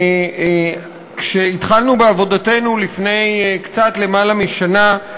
כשהתחלנו בעבודתנו לפני קצת למעלה משנה,